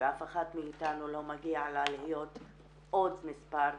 ואף אחת מאיתנו לא מגיע לה להיות עוד מספר,